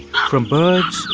from birds.